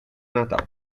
natal